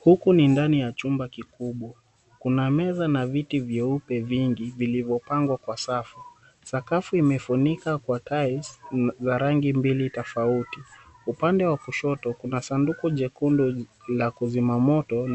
Huku ni ndani ya chumba kikubwa, kuna meza na viti vyeupe vingi vilivyopangwa kwa safu. Sakafu imefunikwa kwa tiles za rangi mbili tofauti, upande wa kushoto kuna sanduku jekundu la kuzima moto